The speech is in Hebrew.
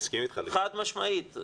חד משמעית,